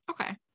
okay